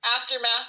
aftermath